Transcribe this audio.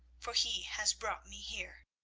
for he has brought me here